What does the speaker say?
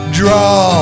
draw